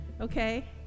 Okay